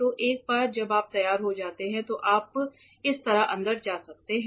तो एक बार जब आप तैयार हो जाते हैं तो आप इस तरह अंदर जा सकते हैं